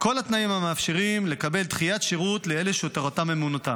כל התנאים המאפשרים לקבל דחיית שירות לאלה שתורתם אומנותם.